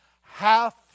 half